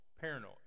paranoid